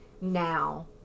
now